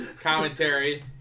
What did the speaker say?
commentary